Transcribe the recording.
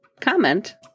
comment